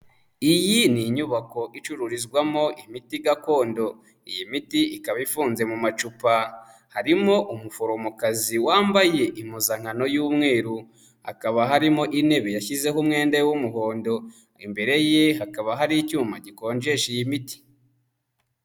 Iyi ni inyubako icururizwamo imiti gakondo. Iyi miti ikaba ifunze mu macupa, harimo umuforomokazi wambaye impuzankano y'umweru, hakaba harimo intebe yashyizeho umwenda we w'umuhondo, imbere ye hakaba hari icyuma gikonjesha iyi miti.